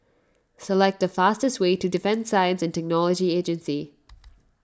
select the fastest way to Defence Science and Technology Agency